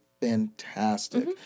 fantastic